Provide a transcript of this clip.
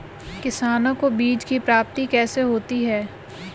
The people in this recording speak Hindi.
किसानों को बीज की प्राप्ति कैसे होती है?